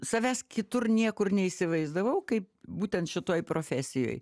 savęs kitur niekur neįsivaizdavau kaip būtent šitoj profesijoj